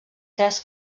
tres